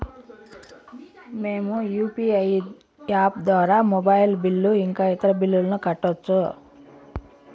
మేము UPI app ద్వారా mobile bill ఇంకా ఇతర బిల్లులను కట్టొచ్చు